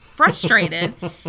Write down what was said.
frustrated